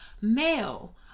male